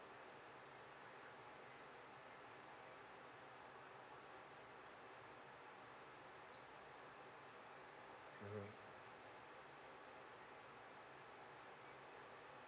mmhmm